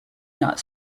not